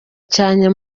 cyane